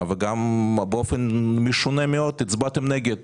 וגם באופן משונה מאוד הצבעתם נגד